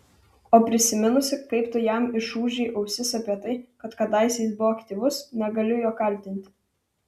o prisiminusi kaip tu jam išūžei ausis apie tai kad kadaise jis buvo aktyvus negaliu jo kaltinti